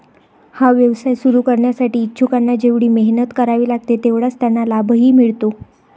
हा व्यवसाय सुरू करण्यासाठी इच्छुकांना जेवढी मेहनत करावी लागते तेवढाच त्यांना लाभही मिळतो